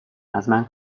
ازمن